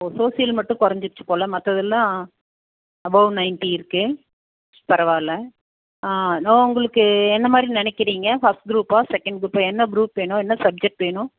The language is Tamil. ஓ சோசியல் மட்டும் குறஞ்சிடுச்சி போல் மற்றதுயெல்லாம் அபோவ் நைன்ட்டி இருக்கு பரவாயில்லை நான் அவங்களுக்கு என்ன மாதிரி நினைக்கிறீங்க ஃபர்ஸ்ட் குரூப்பா செகண்ட் குரூப்பா என்ன குரூப் வேணும் என்ன சப்ஜெக்ட் வேணும்